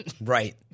Right